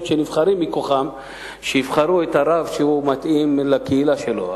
שנבחרים מכוחה שיבחרו את הרב שמתאים לקהילה שלו.